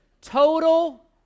total